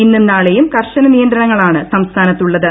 ഇന്നും നാളെയും കർശന നിയന്ത്രണങ്ങളാണ് സംസ്ഥാനത്ത് ഉള്ളത്